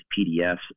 PDFs